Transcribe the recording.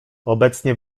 obecnie